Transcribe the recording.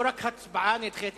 לא רק ההצבעה נדחית,